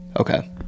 Okay